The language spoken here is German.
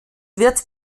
wird